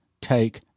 take